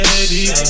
Baby